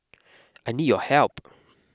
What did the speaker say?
I need your help